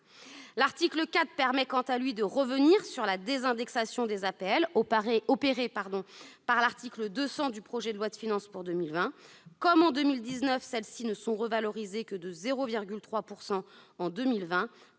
L'article 4 permet, quant à lui, de revenir sur la désindexation des APL opérée par l'article 200 du projet de loi de finances pour 2020. Comme en 2019, celles-ci ne sont revalorisées que de 0,3 % en 2020